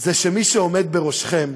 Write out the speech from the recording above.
זה שמי שעומד בראשכם